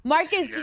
Marcus